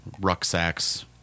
rucksacks